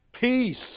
peace